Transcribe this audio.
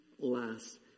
last